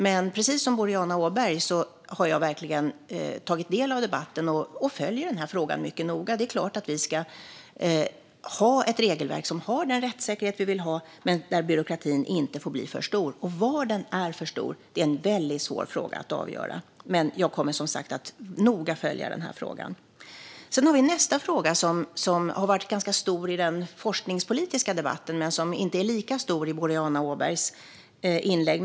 Men precis som Boriana Åberg har jag verkligen tagit del av debatten och följer frågan mycket noga. Vi ska självklart ha ett regelverk som har den rättssäkerhet vi vill ha men där byråkratin inte får bli för stor. Var den är för stor är en väldigt svår fråga att avgöra. Men jag kommer som sagt att följa frågan noga. Nästa fråga har varit stor i den forskningspolitiska debatten men är inte lika stor i Boriana Åbergs inlägg.